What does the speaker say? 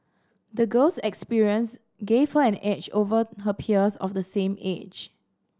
the girl's experience gave her an edge over her peers of the same age